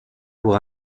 pour